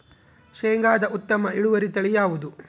ಶೇಂಗಾದ ಉತ್ತಮ ಇಳುವರಿ ತಳಿ ಯಾವುದು?